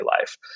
life